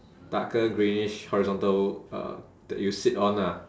darker greenish horizontal uh that you sit on ah